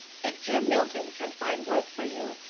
if jim milton can find work for you,